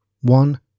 one